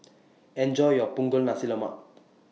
Enjoy your Punggol Nasi Lemak